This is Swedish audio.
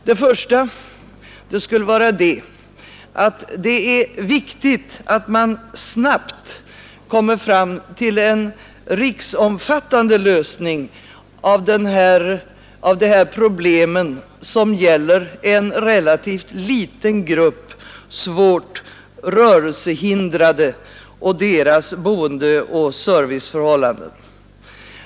Det första skulle vara att det är viktigt att snabbt komma fram till en riksomfattande lösning av de här problemen, som gäller en relativt liten grupp svårt rörelsehindrade och deras boendeoch serviceförhållanden.